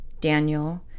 Daniel